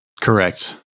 Correct